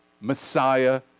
Messiah